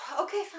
Okay